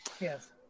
Yes